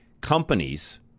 companies